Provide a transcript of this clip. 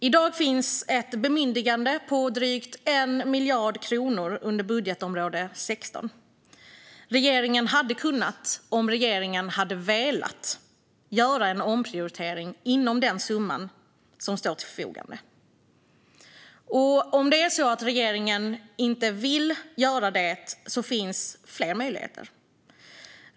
I dag finns ett bemyndigande på drygt 1 miljard kronor under budgetområde 16. Om regeringen hade velat hade den kunnat göra en omprioritering inom den summa som står till förfogande. Om regeringen inte vill göra det finns det fler möjligheter.